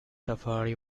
safari